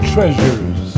Treasures